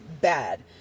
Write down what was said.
bad